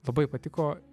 labai patiko